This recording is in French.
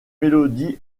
mélodie